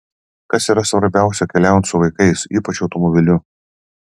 kas yra svarbiausia keliaujant su vaikais ypač automobiliu